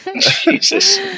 Jesus